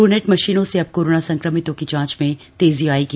इनेट machine से अब corona संक्रमितों की जांच में तेजी लाएगी